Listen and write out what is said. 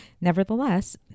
Nevertheless